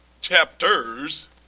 chapters